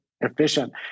efficient